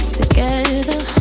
together